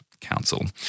council